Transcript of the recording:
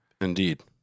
Indeed